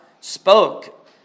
spoke